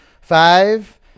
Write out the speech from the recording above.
Five